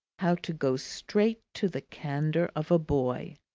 how to go straight to the candour of a boy.